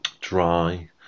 Dry